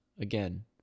again